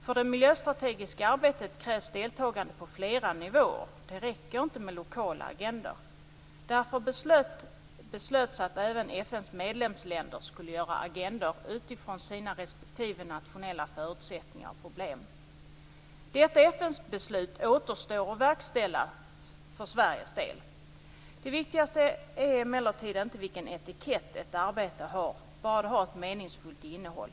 För det miljöstrategiska arbetet krävs det deltagande på flera nivåer. Det räcker inte med lokala agendor. Därför beslöts att även FN:s medlemsländer skulle göra agendor utifrån sina respektive nationella förutsättningar och problem. Detta FN-beslut återstår det att verkställa för Sveriges del. Det viktigaste är emellertid inte vilken etikett ett arbete har. Huvudsaken är att arbetet har ett meningsfullt innehåll.